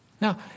Now